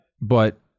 but-